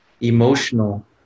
emotional